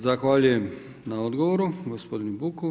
Zahvaljujem na odgovoru gospodinu Buku.